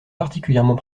particulièrement